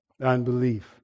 unbelief